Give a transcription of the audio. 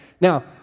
Now